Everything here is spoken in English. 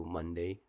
Monday